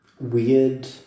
weird